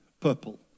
purple